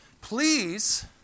please